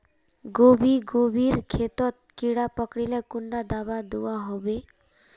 गोभी गोभिर खेतोत कीड़ा पकरिले कुंडा दाबा दुआहोबे?